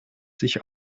sich